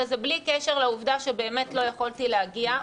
וזה בלי קשר לעובדה שבאמת לא יכולתי להגיע.